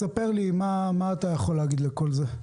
תספר לי מה אתה יכול להגיד לכל זה?